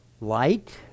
light